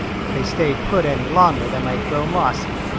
if they stayed put any longer they might grow mossy.